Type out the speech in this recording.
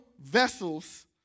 vessels